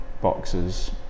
boxes